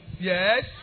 Yes